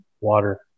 water